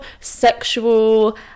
sexual